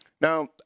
Now